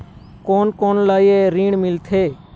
कोन कोन ला ये ऋण मिलथे?